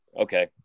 okay